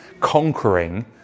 conquering